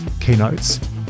keynotes